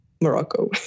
Morocco